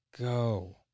go